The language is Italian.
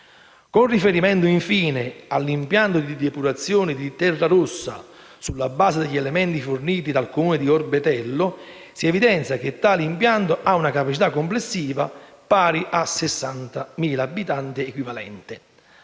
Con riferimento, infine, all'impianto di depurazione di Terrarossa, sulla base degli elementi forniti dal Comune di Orbetello, si evidenzia che tale impianto ha una capacità complessiva pari a 60.000 abitante equivalente.